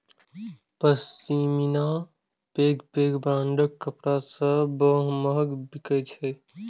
पश्मीना पैघ पैघ ब्रांडक कपड़ा सं महग बिकै छै